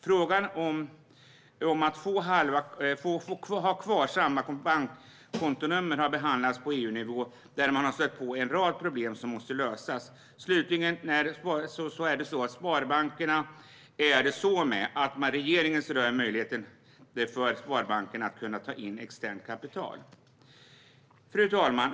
Frågan om att få ha kvar samma bankkontonummer har behandlats på EU-nivå där har man stött på en rad problem som måste lösas. När det gäller sparbankerna ser regeringen över möjligheten för dem att kunna ta in externt kapital. Fru talman!